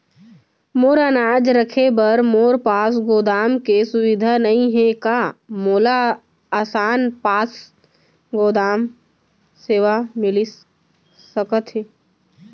मोर अनाज रखे बर मोर पास गोदाम के सुविधा नई हे का मोला आसान पास गोदाम सेवा मिलिस सकथे?